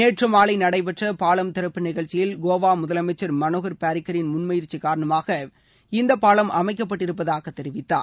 நேற்று மாலை நடைபெற்ற பாலம் திறப்பு நிகழ்ச்சியில் கோவா முதலமைச்சர் மனோகர் பாரிக்கரின் முன்முயற்சி காரணமாக இந்த பாலம் அமைக்கப்பட்டிருப்பதாக தெரிவித்தார்